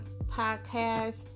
podcast